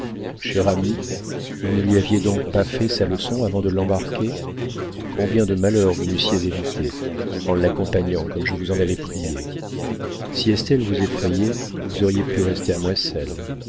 chère amie vous ne lui aviez donc pas fait sa leçon avant de l'embarquer combien de malheurs vous m'eussiez épargnés en l'accompagnant comme je vous en avais priée si estelle vous effrayait vous auriez pu rester à moisselles